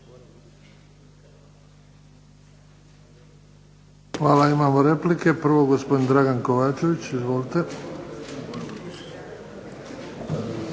Hvala. Imamo replike. Prvo gospodin Dragan Kovačević. Izvolite.